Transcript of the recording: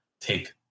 take